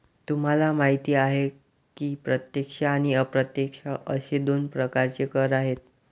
तुम्हाला माहिती आहे की प्रत्यक्ष आणि अप्रत्यक्ष असे दोन प्रकारचे कर आहेत